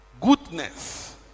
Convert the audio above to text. goodness